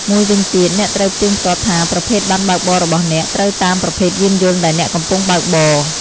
មួយវិញទៀត អ្នកត្រូវផ្ទៀងផ្ទាត់ថាប្រភេទប័ណ្ណបើកបររបស់អ្នក ត្រូវតាមប្រភេទយានយន្តដែលអ្នកកំពុងបើកបរ។